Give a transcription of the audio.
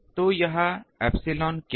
तो यह एप्सिलॉन क्या है